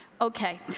Okay